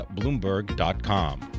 Bloomberg.com